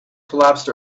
collapsed